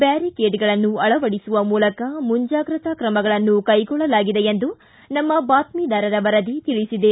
ಬ್ಯಾರೀಕೇಡ್ಗಳನ್ನು ಅಳವಡಿಸುವ ಮೂಲಕ ಮುಂಜಾಗೃತಾ ಕ್ರಮಗಳನ್ನು ಕೈಗೊಳ್ಳಲಾಗಿದೆ ಎಂದು ನಮ್ನ ಬಾತ್ವಿದಾರರ ವರದಿ ತಿಳಿಸಿದೆ